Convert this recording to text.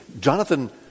Jonathan